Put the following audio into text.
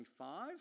25